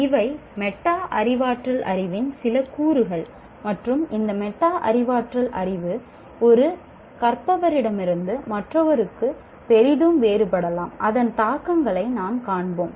இவை மெட்டா அறிவாற்றல் அறிவின் சில கூறுகள் மற்றும் இந்த மெட்டா அறிவாற்றல் அறிவு ஒரு கற்பவரிடமிருந்து மற்றொறுவருக்கு பெரிதும் வேறுபடலாம் அதன் தாக்கங்களை நாம் காண்போம்